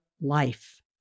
life